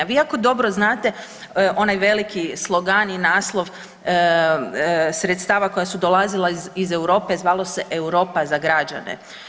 Vi jako dobro znate, onaj veliki slogan i naslov sredstava koja su dolazila iz Europe, zvalo se Europa za građane.